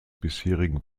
bisherigen